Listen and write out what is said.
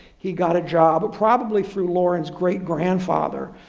he got a job at probably through lauren's great-grandfather,